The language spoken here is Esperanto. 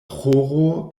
ĥoro